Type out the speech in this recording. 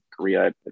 korea